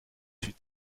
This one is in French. fut